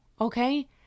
okay